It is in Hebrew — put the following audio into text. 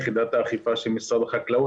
יחידת האכיפה של משרד החקלאות,